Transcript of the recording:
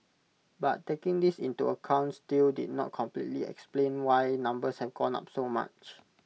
but taking this into account still did not completely explain why numbers have gone up so much